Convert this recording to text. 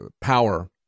power